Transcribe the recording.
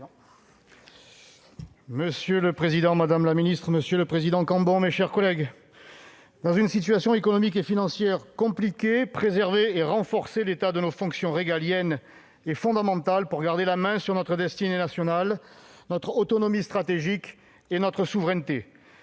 Monsieur le président, madame la ministre, mes chers collègues, dans une situation économique et financière compliquée, préserver et renforcer l'état de nos fonctions régaliennes est fondamental pour garder la main sur notre destinée nationale, notre autonomie stratégique et notre souveraineté.